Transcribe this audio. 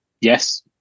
Yes